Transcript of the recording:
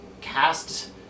cast